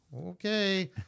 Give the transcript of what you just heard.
okay